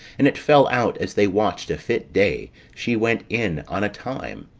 and it fell out, as they watched a fit day, she went in on a time,